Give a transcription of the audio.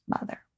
mother